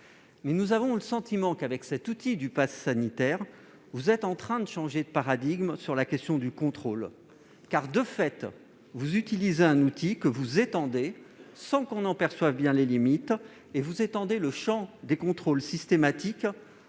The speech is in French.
Mais nous avons le sentiment que, avec ce passe sanitaire, vous êtes en train de changer de paradigme sur la question du contrôle. Car, de fait, vous étendez le recours à cet outil sans qu'on en perçoive bien les limites ; vous étendez le champ des contrôles systématiques,